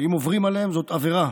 שאם עוברים עליהן זאת עבירה,